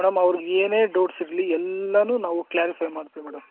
madam ಅವ್ರ್ಗೆ ಏನೇ doubts ಇರಲಿ ಎಲ್ಲಾನೂ ನಾವು ಕ್ಲ್ಯಾರಿಫೈ ಮಾಡ್ತೀವಿ ಮೇಡಮ್